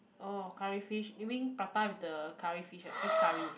oh curry fish wing prata with the curry fish ah fish curry